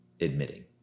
admitting